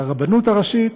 לרבנות הראשית,